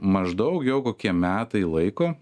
maždaug jau kokie metai laiko